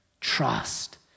Trust